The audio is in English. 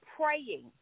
Praying